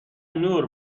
نور